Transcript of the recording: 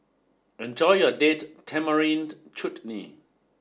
enjoy your Date Tamarind Chutney